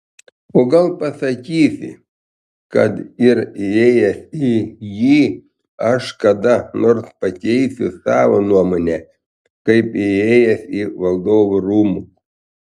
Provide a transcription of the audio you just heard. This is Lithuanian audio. o gal pasakysi kad ir įėjęs į jį aš kada nors pakeisiu savo nuomonę kaip įėjęs į valdovų rūmus